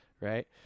right